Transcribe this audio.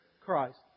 Christ